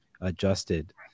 adjusted